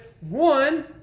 one